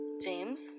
James